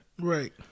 Right